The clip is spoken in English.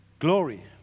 glory